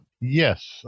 Yes